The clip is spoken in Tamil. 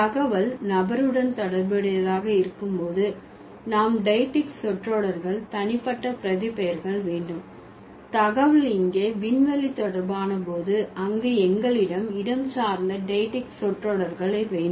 தகவல் நபருடன் தொடர்புடையதாக இருக்கும் போது நாம் டெய்க்ட்டிக் சொற்றொடர்கள் தனிப்பட்ட பிரதி பெயர்கள் வேண்டும் தகவல் இங்கே விண்வெளி தொடர்பான போது அங்கு எங்களிடம் இடஞ்சார்ந்த டெய்க்ட்டிக் சொற்றொடர்கள் வேண்டும்